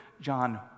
John